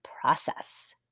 process